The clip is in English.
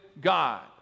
God